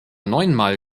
neunmal